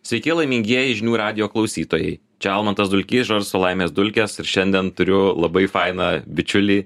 sveiki laimingieji žinių radijo klausytojai čia almantas dulkys žarsto laimės dulkes ir šiandien turiu labai fainą bičiulį